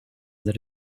that